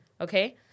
Okay